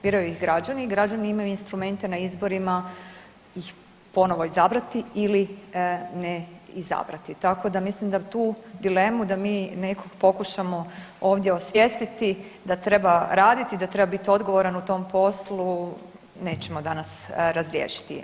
Biraju ih građani i građani imaju instrumente na izborima ih ponovo izabrati ili ne izabrati, tako da mislim da tu dilemu da mi nekog pokušamo ovdje osvijestiti da treba raditi, da treba biti odgovoran u tom poslu nećemo danas razriješiti.